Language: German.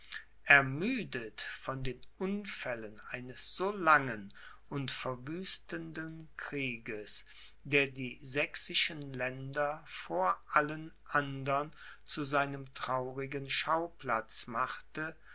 ermüdet von den unfällen eines so langen und verwüstenden krieges der die sächsischen länder vor allen andern zu seinem traurigen schauplatze machte